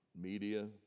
Media